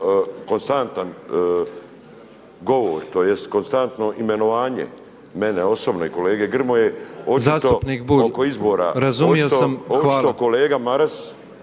konstantan govor, tj. konstanto imenovanje mene osobno i kolege Grmoje očito oko izbora …… /Upadica